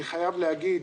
אני חייב להגיד,